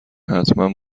حتمن